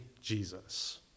Jesus